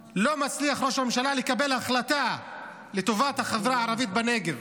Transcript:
ראש הממשלה לא מצליח לקבל החלטה לטובת החברה הערבית בנגב,